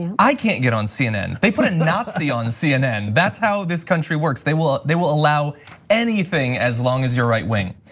i can't get on cnn. they put a nazi on cnn, that's how this country works. they will they will allow anything as long as you're right wing.